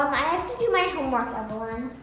i have to do my homework evelyn.